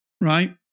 right